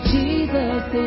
Jesus